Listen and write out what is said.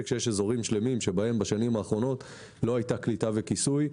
שיש אזורים שלמים שבהם בשנים האחרונות לא הייתה קליטה וכיסוי.